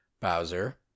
Bowser